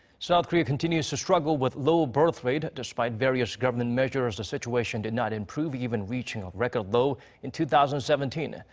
south korea continues to struggle with low birthrate. despite various government measures, the situation did not improve. even reaching a record low in two thousand and seventeen. ah